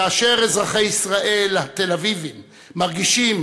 כאשר אזרחי ישראל התל-אביבים מרגישים,